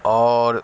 اور